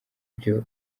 byo